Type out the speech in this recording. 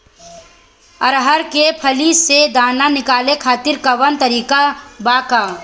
अरहर के फली से दाना निकाले खातिर कवन तकनीक बा का?